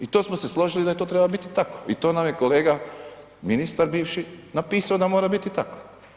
I to smo se složili da to treba biti tako i to nam je kolega ministar bivši napisao da mora biti tako.